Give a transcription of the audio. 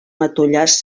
matollars